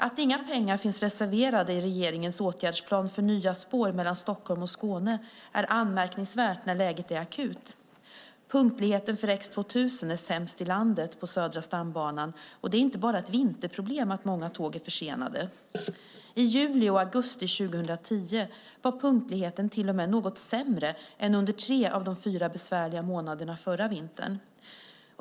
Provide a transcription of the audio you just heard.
Att inga pengar finns reserverade i regeringens åtgärdsplan för nya spår mellan Stockholm och Skåne är anmärkningsvärt när läget är akut. Punktligheten för X 2000 är sämst i landet på Södra stambanan. Och det är inte bara ett vinterproblem att många tåg är försenade. I juli och augusti 2010 var punktligheten till och med något sämre än under tre av de fyra besvärliga månaderna förra vintern.